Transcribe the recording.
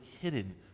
hidden